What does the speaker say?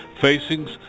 facing